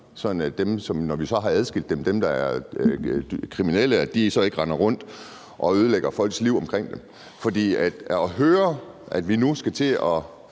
– når vi så har adskilt dem – der er kriminelle, ikke render rundt og ødelægger livet for folk omkring dem. At vi nu skal til at